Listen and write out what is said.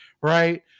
Right